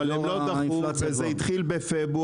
אבל הם לא דחו, וזה התחיל בפברואר.